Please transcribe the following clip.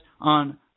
on